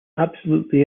absolutely